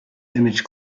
image